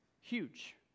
huge